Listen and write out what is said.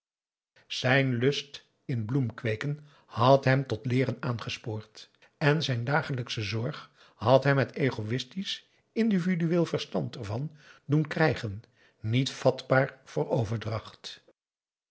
zijn lust in bloemkweeken had hem tot leeren aangespoord en zijn dagelijksche zorg had hem het egoïstisch individu aum boe akar eel eel verstand ervan doen krijgen niet vatbaar voor overdracht